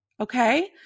Okay